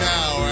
Now